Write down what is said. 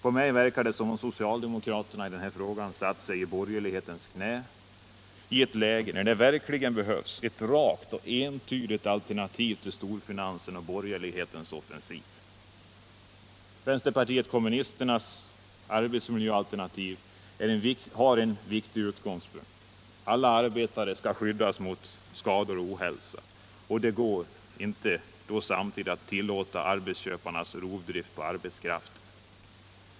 På mig verkar det som om socialdemokraterna i denna fråga har satt sig i borgerlighetens knä i ett läge, när det verkligen behövs ett rakt och entydigt alternativ till storfinansens och borgerlighetens offensiv. Vpk:s arbetsmiljökrav har en viktig utgångspunkt: alla arbetare skall skyddas mot skador och ohälsa. Detta går inte om man samtidigt skall tillåta arbetsköparnas rovdrift på arbetskraften.